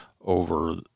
over